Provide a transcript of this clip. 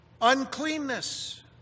uncleanness